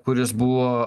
kuris buvo